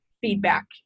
feedback